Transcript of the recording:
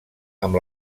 amb